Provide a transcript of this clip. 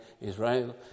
Israel